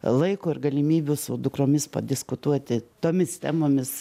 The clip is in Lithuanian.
laiko ir galimybių su dukromis padiskutuoti tomis temomis